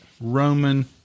Roman